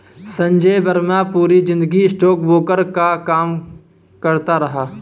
संजय वर्मा पूरी जिंदगी स्टॉकब्रोकर का काम करता रहा